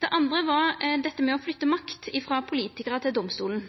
Det andre er dette med å flytta makt frå politikarar til domstolen.